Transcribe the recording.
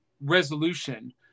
resolution